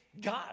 God